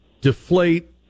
deflate